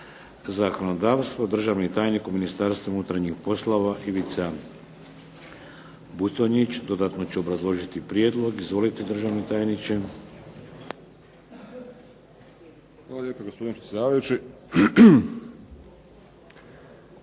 zakonodavstvo. Državni tajnik u Ministarstvu unutarnjih poslova Ivica Buconjić dodatno će obrazložiti Prijedlog, izvolite državni tajniče. **Buconjić, Ivica